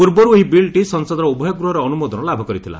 ପୂର୍ବରୁ ଏହି ବିଲ୍ଟି ସଂସଦର ଉଭୟ ଗୃହର ଅନୁମୋଦନ ଲାଭ କରିଥିଲା